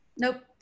Nope